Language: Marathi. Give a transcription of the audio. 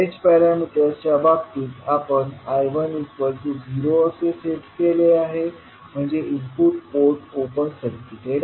h पॅरामीटर्स च्या बाबतीत आपण I1 0 असे सेट केले आहे म्हणजे इनपुट पोर्ट ओपन सर्किटेड आहे